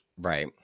Right